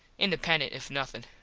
independent if nothin.